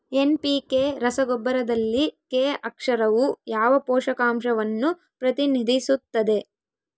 NPK ರಸಗೊಬ್ಬರದಲ್ಲಿ K ಅಕ್ಷರವು ಯಾವ ಪೋಷಕಾಂಶವನ್ನು ಪ್ರತಿನಿಧಿಸುತ್ತದೆ?